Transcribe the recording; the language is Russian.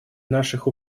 наших